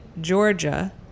Georgia